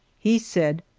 he said,